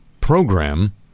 program